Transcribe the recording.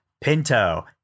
Pinto